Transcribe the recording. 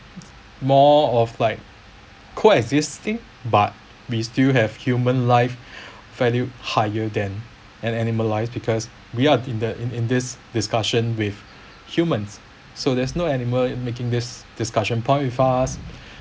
more of like co existing but we still have human life value higher than an animal life because we are in the in in this discussion with humans so there's no animal making this discussion point with us